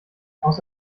aus